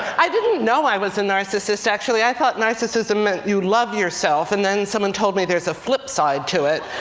i didn't know i was a narcissist actually. i thought narcissism meant you loved yourself. and then someone told me there is a flip side to it.